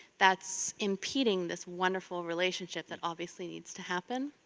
that's impeding this wonderful relationship that obviously needs to happen.